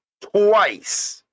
Twice